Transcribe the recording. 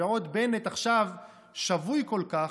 ועוד בנט עכשיו שבוי כל כך,